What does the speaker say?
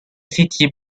city